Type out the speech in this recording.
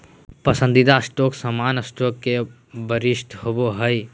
पसंदीदा स्टॉक सामान्य स्टॉक ले वरिष्ठ होबो हइ